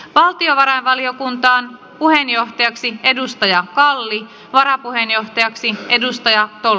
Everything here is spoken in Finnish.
valtiovarainvaliokuntaan puheenjohtajaksi edustaja kalli varapuheenjohtajaksi edustaja toi